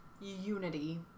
unity